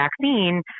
vaccine